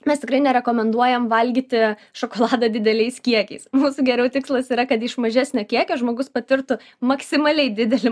mes tikrai nerekomenduojam valgyti šokoladą dideliais kiekiais mūsų geriau tikslas yra kad iš mažesnio kiekio žmogus patirtų maksimaliai didelį